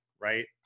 Right